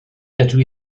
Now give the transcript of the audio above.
dydw